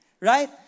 right